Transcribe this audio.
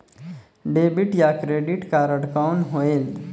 Debit या credit card कौन होएल?